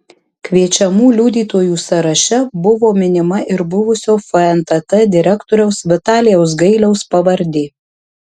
kviečiamų liudytojų sąraše buvo minima ir buvusio fntt direktoriaus vitalijaus gailiaus pavardė